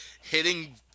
hitting